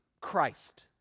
Christ